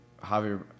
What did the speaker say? Javier